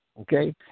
Okay